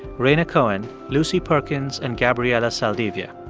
rhaina cohen, lucy perkins and gabriela saldivia.